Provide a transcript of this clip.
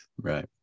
right